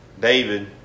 David